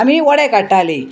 आमी वडे काडटालीं